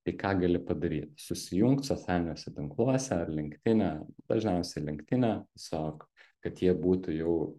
tai ką gali padaryt susijungt socialiniuose tinkluose ar linktine dažniausiai linktine tiesiog kad jie būtų jau